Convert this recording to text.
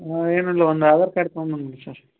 ಹಾಂ ಏನಿಲ್ಲ ಒಂದು ಆಧಾರ್ ಕಾರ್ಡ್ ತಗೊಬಂದ್ಬಿಡಿ ಸರ್